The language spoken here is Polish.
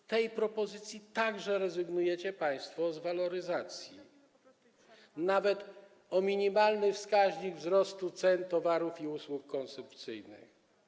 W tej propozycji także rezygnujecie państwo z waloryzacji, nawet waloryzacji o minimalny wskaźnik wzrostu cen towarów i usług konsumpcyjnych.